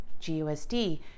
GUSD